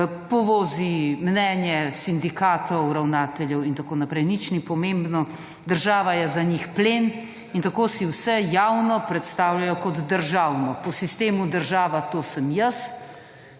povozi mnenje sindikatov, ravnateljev, itn. Nič ni pomembno. Država je za njih plen in tako si vse javno predstavljajo kot državno po sistemu država to sem jaz,